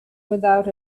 without